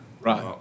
right